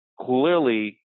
clearly